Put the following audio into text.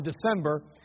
December